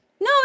no